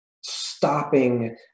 stopping